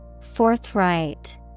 Forthright